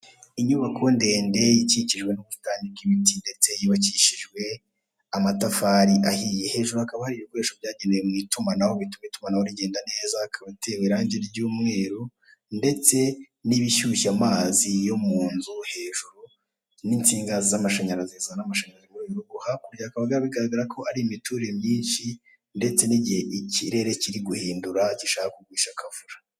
Inyubako ndende ikikijwe n'ubusitani bw'ibiti ndetse yubakishijwe amatafari ahiye, hejuru hakaba ari ibikoresho byagenewe mu itumanaho bituma itumanaho rigenda neza, ikaba itewe irangi ry'umweru ndetse n'ibishyushya amazi yo mu nzu, hejuru n'insinga z'amashanyarazi zizana amashanyarazi muri uru rugo, hakurya bikaba bigaragara ko ari imiturire myinshi ndetse n'igihe ikirere kiri guhindura gishaka kugusha akavura.